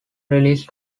released